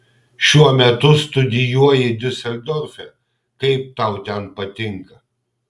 šiuo metu studijuoji diuseldorfe kaip tau ten patinka